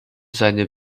seine